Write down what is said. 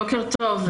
בוקר טוב.